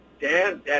Dan